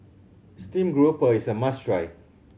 stream grouper is a must try